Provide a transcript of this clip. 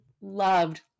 loved